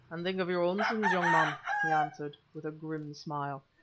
and think of your own sins, young man, he answered, with a grim smile,